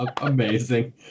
amazing